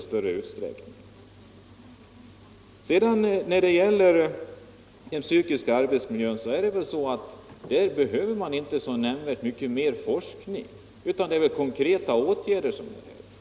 Beträffande den psykiska arbetsmiljön behövs inte så mycket mer forskning utan konkreta åtgärder.